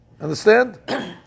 Understand